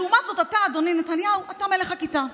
לעומת זאת אתה, אדוני נתניהו, אתה מלך הכיתה,